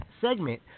segment